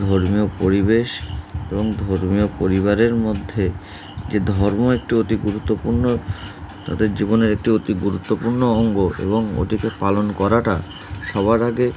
ধর্মীয় পরিবেশ এবং ধর্মীয় পরিবারের মধ্যে যে ধর্ম একটি অতি গুরুত্বপূর্ণ তাদের জীবনের একটি অতি গুরুত্বপূর্ণ অঙ্গ এবং ওটিকে পালন করাটা সবার আগে